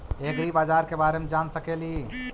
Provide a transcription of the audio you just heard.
ऐग्रिबाजार के बारे मे जान सकेली?